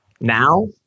now